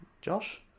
Josh